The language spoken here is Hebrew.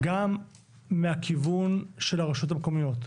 גם מהכיוון של הרשויות המקומיות,